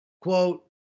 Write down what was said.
quote